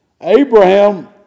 Abraham